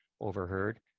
overheard